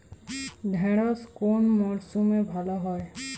ঢেঁড়শ কোন মরশুমে ভালো হয়?